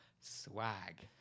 swag